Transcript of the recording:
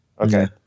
okay